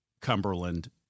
Cumberland